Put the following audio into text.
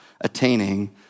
attaining